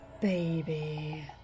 Baby